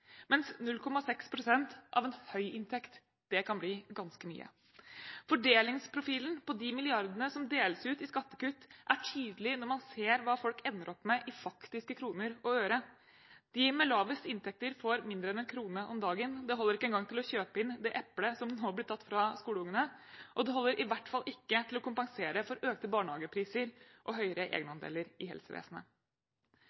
mens 0,6 pst. av en høy inntekt kan bli ganske mye. Fordelingsprofilen på de milliardene som deles ut i skattekutt, er tydelig når man ser hva folk ender opp med i faktiske kroner og øre. De med lavest inntekt får mindre enn 1 kr om dagen – det holder ikke engang til å kjøpe det eplet som nå er blitt tatt fra skolebarna, og det holder i hvert fall ikke til å kompensere for økte barnehagepriser og høyere